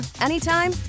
anytime